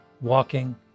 walking